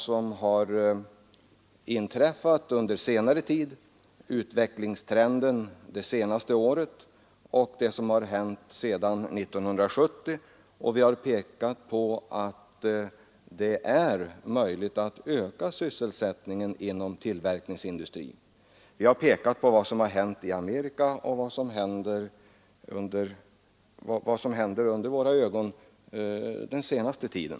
Så är i verkligheten inte förhållandet. Trenden det senaste året och sedan 1970 är en annan. Vi har påvisat att det är möjligt att öka sysselsättningen inom tillverkningsindustrin. Vi har påvisat vad som har hänt i Amerika och vad som har hänt inför våra ögon den senaste tiden.